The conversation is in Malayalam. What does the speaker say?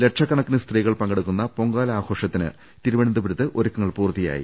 ലക്ഷക്കണക്കിന് സ്ത്രീകൾ പങ്കെ ടുക്കുന്ന പൊങ്കാല ആഘോഷത്തിന് തിരുവനന്തപുരത്ത് ഒരുക്കങ്ങൾ പൂർത്തിയായി